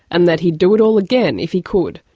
and that he'd do it all again if he could.